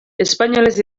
espainolez